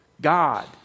God